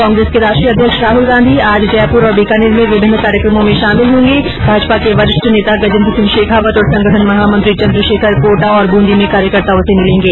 कांग्रेस के राष्ट्रीय अध्यक्ष राहल गांधी आज जयपुर और बीकानेर में विभिन्न कार्यक्रमों में शामिल होंगे भाजपा के वरिष्ठ नेता गजेन्द्र सिंह शेखावत और संगठन महामंत्री चन्द्रशेखर कोटा तथा बूंदी में कार्यकर्ताओं से मिलेंगे